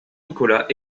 nicolas